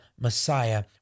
Messiah